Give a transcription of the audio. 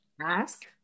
ask